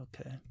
Okay